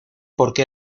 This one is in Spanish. porque